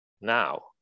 now